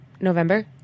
November